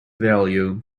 value